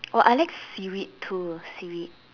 oh I like seaweed too seaweed